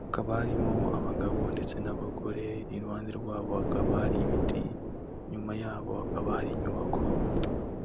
hakaba harimo abagabo ndetse n'abagore iruhande rwabo hakaba hari ibiti, inyuma yabo hakaba hari inyubako.